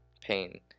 Pain